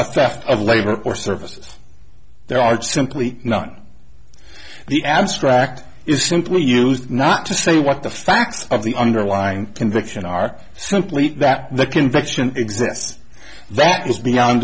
a theft of labor or services there are simply not the abstract is simply used not to say what the facts of the underlying conviction are simply that the conviction exists that was beyond